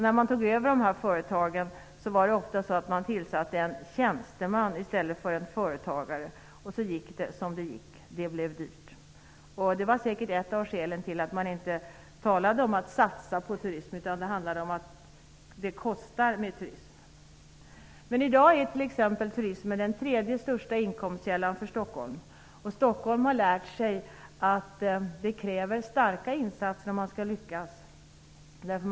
När man tog över de här företagen tillsatte man ofta en tjänsteman i stället för en företagare. Sedan gick det som det gick. Det blev dyrt. Det var säkert ett av skälen till att man inte talade om att satsa på turism. Det handlade om att turism kostar. I dag är turismen den tredje största inkomstkällan för Stockholm. Stockholm har lärt sig att det kräver starka insatser om man skall lyckas.